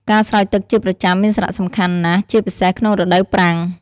ការស្រោចទឹកជាប្រចាំមានសារៈសំខាន់ណាស់ ជាពិសេសក្នុងរដូវប្រាំង។